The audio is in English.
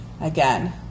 Again